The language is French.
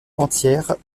entière